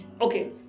Okay